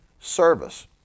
service